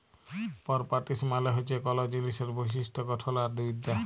properties মালে হছে কল জিলিসের বৈশিষ্ট গঠল আর বিদ্যা